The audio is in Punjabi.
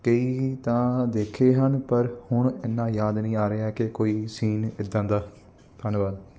ਕਈ ਤਾਂ ਦੇਖੇ ਹਨ ਪਰ ਹੁਣ ਇੰਨਾ ਯਾਦ ਨਹੀਂ ਆ ਰਿਹਾ ਕਿ ਕੋਈ ਸੀਨ ਇੱਦਾਂ ਦਾ ਧੰਨਵਾਦ